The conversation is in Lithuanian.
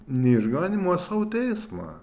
ne išganymą o sau teismą